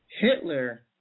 Hitler